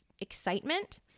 excitement